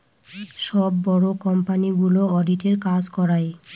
সব বড়ো কোম্পানিগুলো অডিটের কাজ করায়